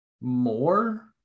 more